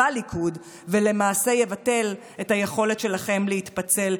בליכוד, ולמעשה יבטל את היכולת שלכם להתפצל.